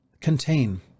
contain